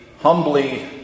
humbly